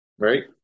Right